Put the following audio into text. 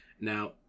Now